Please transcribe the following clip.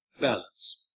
balance